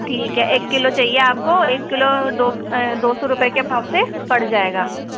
ठीक है एक किलो चाहिए आपको एक किलो दो दो सौ रुपये के भाव से पड़ जायेगा